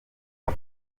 aho